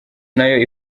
nayo